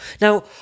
Now